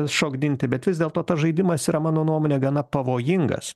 šokdinti bet vis dėlto tas žaidimas yra mano nuomone gana pavojingas